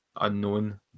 unknown